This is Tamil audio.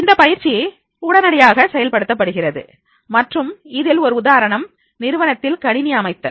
இந்த பயிற்சி உடனடியாக செயல்படுத்தப்படுகிறது மற்றும் இதில் ஒரு உதாரணம் நிறுவனத்தில் கணினி அமைத்தல்